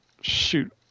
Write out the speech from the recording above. Shoot